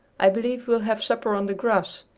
i believe we'll have supper on the grass.